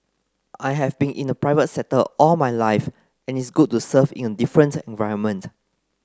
I have been in the private sector all my life and it's good to serve in a different environment